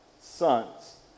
sons